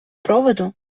проводу